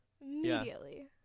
immediately